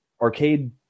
arcade